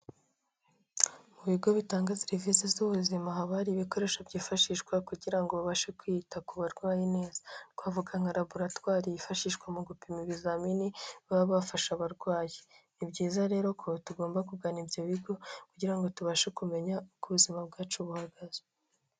Mu bigo bitanga serivisi z'ubuzima haba hari ibikoresho byifashishwa kugira ngo babashe kwita ku barwayi neza, twavugaka nka laboratwari yifashishwa mu gupima ibizamini baba bafasha abarwayi, ni byiza rero ko tugomba kugana ibyo bigo kugira ngo tubashe kumenya uko ubuzima bwacu buhagaze.